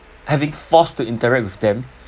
having forced to interact with them